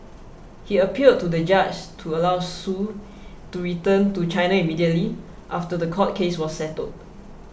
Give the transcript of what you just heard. he appealed to the judge to allow Su to return to China immediately after the court case was settled